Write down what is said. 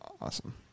Awesome